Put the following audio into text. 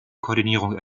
koordinierung